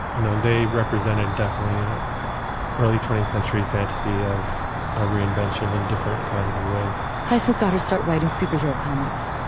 you know, they represented definitely the ah early twentieth century fantasy of a reinvention in different kinds of ways highsmith got her start writing superhero comics,